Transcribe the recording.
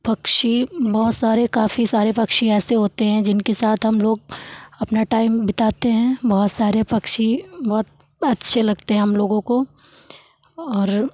पक्षी बहुत सारे काफ़ी सारे पक्षी ऐसे होते हैं जिनके साथ हम लोग अपना टाइम बिताते हैं बहुत सारे पक्षी बहुत अच्छे लगते हैं हम लोगों को और